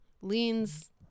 leans